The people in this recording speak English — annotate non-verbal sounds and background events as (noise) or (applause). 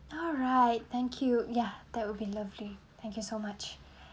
alright thank you ya that will be lovely thank you so much (breath)